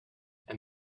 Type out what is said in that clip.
and